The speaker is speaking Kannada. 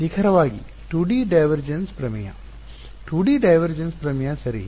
ನಿಖರವಾಗಿ 2 ಡಿ ಡೈವರ್ಜೆನ್ಸ್ ಪ್ರಮೇಯ 2ಡಿ ಡೈವರ್ಜೆನ್ಸ್ ಪ್ರಮೇಯ ಸರಿ